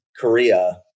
korea